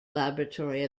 laboratory